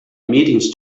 meetings